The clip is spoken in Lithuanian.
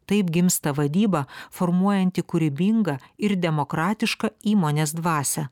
taip gimsta vadyba formuojanti kūrybingą ir demokratišką įmonės dvasią